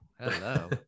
Hello